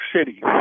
City